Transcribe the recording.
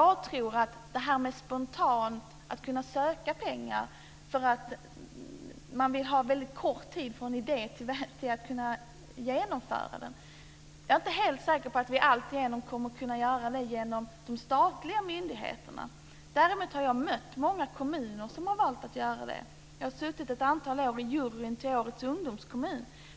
helt säker på att vi genom de statliga myndigheterna alltigenom kommer att kunna möta önskemålet att spontant kunna söka pengar för att man vill att det ska vara väldigt kort tid mellan idé och genomförande. Däremot har jag i många kommuner mött att man har valt att göra det. Jag har ett antal år suttit med i juryn till Årets ungdomskommun.